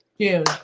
June